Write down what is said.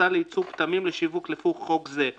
מכסה לייצור פטמים לשיווק לפי חוק זה;